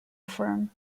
firm